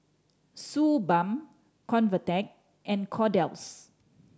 Suu Balm Convatec and Kordel's